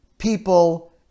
people